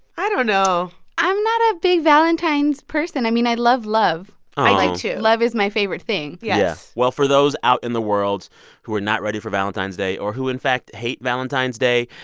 i don't know i'm not a big valentine's person. i mean i love love i do, like too love is my favorite thing yeah yes well, for those out in the world who are not ready for valentine's day or who, in fact, hate valentine's day,